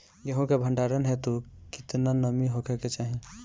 गेहूं के भंडारन हेतू कितना नमी होखे के चाहि?